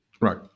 Right